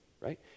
right